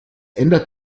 ändert